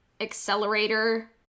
accelerator